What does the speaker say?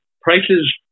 prices